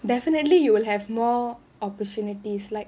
definitely you will have more opportunities like